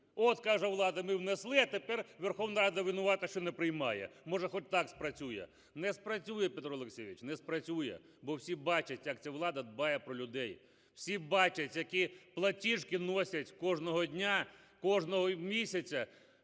От каже влада, ми внесли, а тепер Верховна Рада винувата, що не приймає, може, хоч так спрацює. Не спрацює, Петро Олексійович, не спрацює. Бо всі бачать як ця влада дбає про людей, всі бачать, які платіжки носять кожного дня, кожного місяця